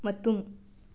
ꯃꯇꯨꯝ